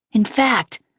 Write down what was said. in fact,